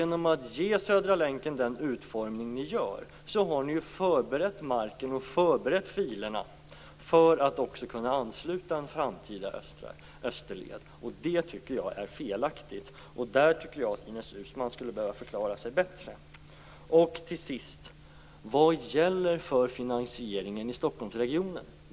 Genom att ge Södra länken den utformning ni ger har ni förberett marken och förberett filerna för att också kunna ansluta en framtida österled. Det tycker jag är felaktigt. Där tycker jag att Ines Uusmann skulle behöva förklara sig bättre. Till sist: Vad gäller för finansieringen i Stockholmsregionen?